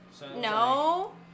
No